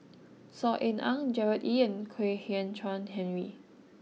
Saw Ean Ang Gerard Ee and Kwek Hian Chuan Henry